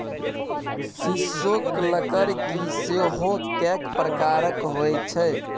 सीसोक लकड़की सेहो कैक प्रकारक होए छै